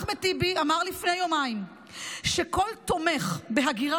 אחמד טיבי אמר לפני יומיים שכל תומך בהגירה